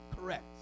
correct